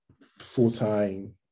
full-time